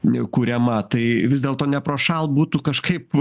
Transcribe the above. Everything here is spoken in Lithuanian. kuriama tai vis dėlto neprošal būtų kažkaip